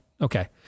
Okay